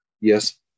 yes